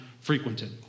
frequented